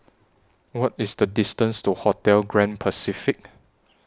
What IS The distance to Hotel Grand Pacific